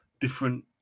different